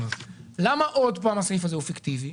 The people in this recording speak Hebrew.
למה הסעיף הזה הוא פיקטיבי?